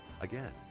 Again